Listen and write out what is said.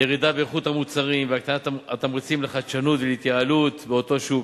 ירידה באיכות המוצרים או הקטנת התמריצים לחדשנות ולהתייעלות באותו שוק.